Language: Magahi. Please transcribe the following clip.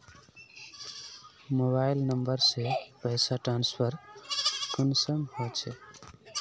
मोबाईल नंबर से पैसा ट्रांसफर कुंसम होचे?